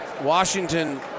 Washington